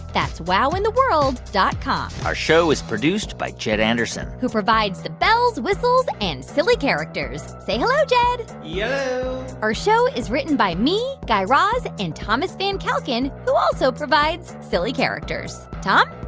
that's wowintheworld dot com our show is produced by jed anderson who provides the bells, whistles and silly characters. say hello, jed yello yeah our show is written by me, guy raz and thomas van kalken, who also provides silly characters. tom?